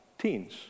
Teens